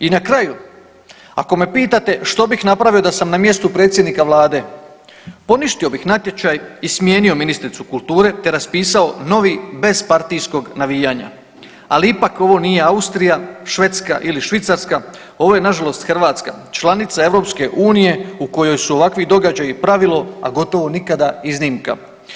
I na kraju ako me pitate što bih napravio da sam na mjestu predsjednika Vlade, poništio bih natječaj i smijenio ministricu kulture te raspisao novi bez partijskog navijanja, ali ipak ovo nije Austrija, Švedska ili Švicarska, ovo je nažalost Hrvatska članica EU u kojoj su ovakvi događaji pravilo, a gotovo nikada iznimka.